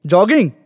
Jogging